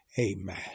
Amen